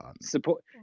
support